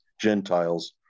Gentiles